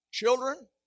Children